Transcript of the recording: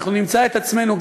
אנחנו נמצא את עצמנו,